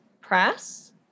Press